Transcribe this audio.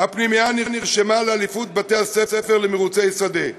"הפנימייה נרשמה לאליפות בתי-הספר למירוצי שדה.